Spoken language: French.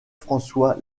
françois